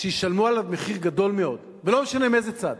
שישלמו עליו מחיר גדול מאוד, ולא משנה מאיזה צד.